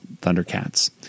Thundercats